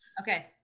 okay